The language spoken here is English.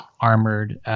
armored